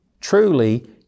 Truly